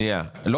גלעד,